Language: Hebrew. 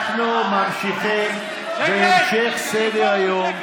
אנחנו ממשיכים בהמשך סדר-היום.